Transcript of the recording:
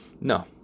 No